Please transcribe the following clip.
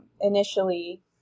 initially